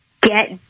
get